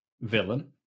villain